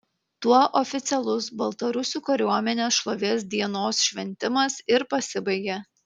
tuo oficialus baltarusių kariuomenės šlovės dienos šventimas ir pasibaigė